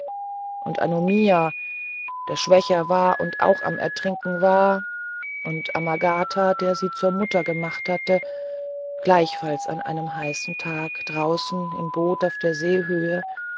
und an omiya der schwächer war und auch am ertrinken war und an amagata der sie zur mutter gemacht hatte gleichfalls an einem heißen tag draußen im boot auf der seehöhe